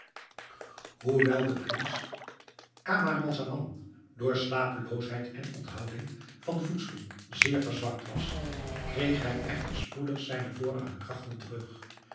hoewel de prins camaralzaman door slapeloosheid en onthouding van voedsel zeer verzwakt was kreeg hij echter spoedig zijne vorige krachten terug